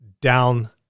down